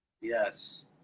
yes